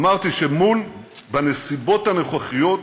אמרתי שבנסיבות הנוכחיות